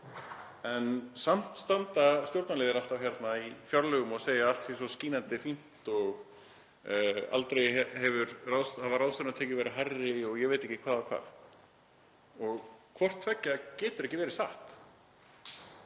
En samt standa stjórnarliðar alltaf hérna í fjárlögum og segja að allt sé svo skínandi fínt og að aldrei hafi ráðstöfunartekjur verið hærri og ég veit ekki hvað. Hvort tveggja getur ekki verið satt